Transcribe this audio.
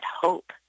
hope